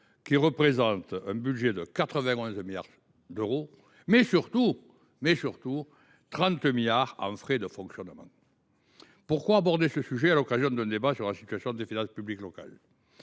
eux tous un budget de 91 milliards d’euros, mais surtout 30 milliards d’euros en frais de fonctionnement ? Pourquoi aborder ce sujet à l’occasion d’un débat sur la situation des finances publiques locales ?